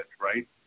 right